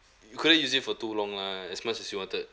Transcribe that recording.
you couldn't use it for too long lah as much as you wanted